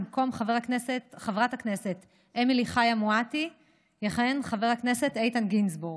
במקום חברת הכנסת אמילי חיה מואטי יכהן חבר הכנסת איתן גינזבורג,